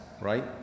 right